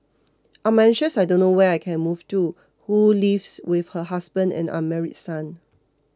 I'm anxious I don't know where I can move to who lives with her husband and unmarried son